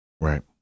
Right